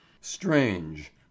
strange